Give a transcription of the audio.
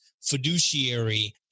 fiduciary